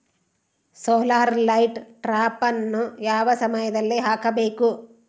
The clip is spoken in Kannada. ಸೋಲಾರ್ ಲೈಟ್ ಟ್ರಾಪನ್ನು ಯಾವ ಸಮಯದಲ್ಲಿ ಹಾಕಬೇಕು?